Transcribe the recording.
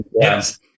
Yes